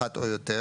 אחת או יותר",